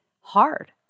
hard